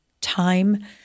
time